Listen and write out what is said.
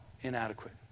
inadequate